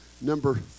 number